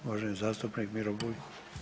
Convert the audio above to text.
Uvaženi zastupnik Miro Bulj.